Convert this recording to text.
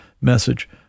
message